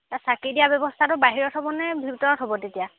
এ চাকি দিয়া ব্যৱস্থাটো বাহিৰত হ'বনে ভিতৰত হ'ব তেতিয়া